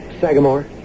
Sagamore